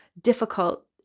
difficult